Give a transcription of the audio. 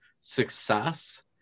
success